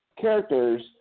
characters